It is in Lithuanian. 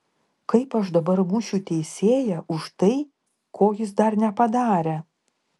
kaip aš dabar mušiu teisėją už tai ko jis dar nepadarė